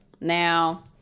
Now